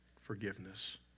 forgiveness